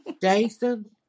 Jason